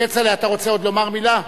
כצל'ה, אתה רוצה עוד לומר מלה?